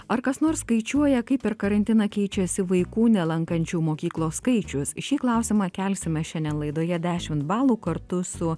ar kas nors skaičiuoja kaip per karantiną keičiasi vaikų nelankančių mokyklos skaičius šį klausimą kelsime šiandien laidoje dešimt balų kartu su